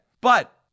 But-